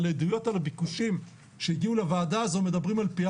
אבל מבחינת ביקושים שהגיעו לוועדה הזאת מדברים על פי